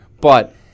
But-